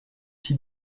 six